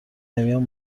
نمیام